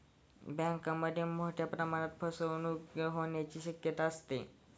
बँकांमध्ये मोठ्या प्रमाणात फसवणूक होण्याची शक्यता आहे